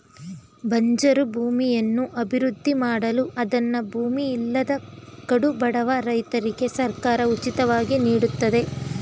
ಬಂಜರು ಭೂಮಿಯನ್ನು ಅಭಿವೃದ್ಧಿ ಮಾಡಲು ಅದನ್ನು ಭೂಮಿ ಇಲ್ಲದ ಕಡುಬಡವ ರೈತರಿಗೆ ಸರ್ಕಾರ ಉಚಿತವಾಗಿ ನೀಡುತ್ತದೆ